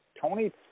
Tony